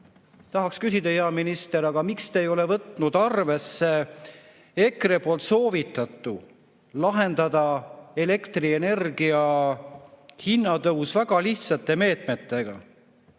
Tahaksin küsida, hea minister, miks te ei ole võtnud arvesse EKRE soovitust lahendada elektrienergia hinna tõus väga lihtsate meetmetega.